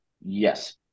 Yes